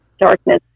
darkness